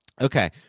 Okay